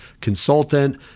consultant